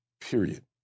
period